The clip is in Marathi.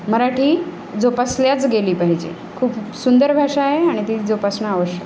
मराठी जोपासल्याच गेली पाहिजे खूप सुंदर भाषा आहे आणि ती जोपासणं आवश्यक आहे